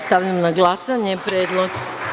Stavljam na glasanje Predlog.